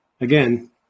again